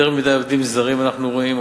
יותר מדי עובדים זרים אנחנו רואים,